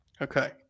Okay